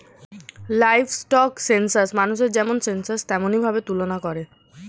livestock census মানুষের যেমন census তেমনি ভাবে তুলনা করে